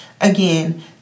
Again